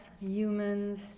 humans